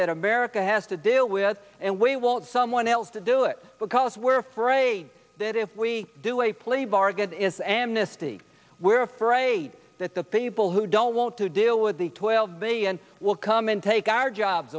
that america has to deal with and we want someone else to do it because we're afraid that if we do a plea bargain is amnesty we're afraid that the people who don't want to deal with the twelve million will come and take our jobs